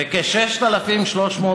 וכ-6,300,